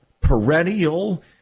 perennial